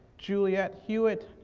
juliette hewitt,